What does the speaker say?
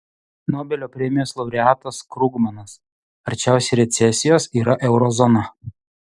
nobelio premijos laureatas krugmanas arčiausiai recesijos yra euro zona